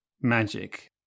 magic